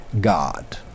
God